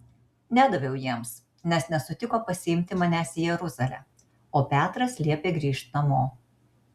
nedaviau jiems nes nesutiko pasiimti manęs į jeruzalę o petras liepė grįžt namo